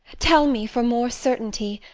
tell me, for more certainty,